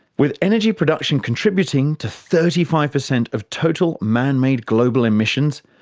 with energy production contributing to thirty five percent of total man-made global emissions,